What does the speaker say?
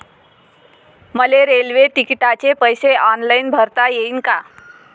मले रेल्वे तिकिटाचे पैसे ऑनलाईन भरता येईन का?